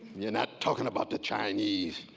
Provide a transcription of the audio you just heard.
you're not talking about the chinese.